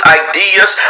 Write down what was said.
ideas